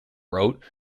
wrote